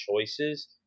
choices